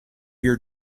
your